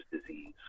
disease